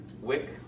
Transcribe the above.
wick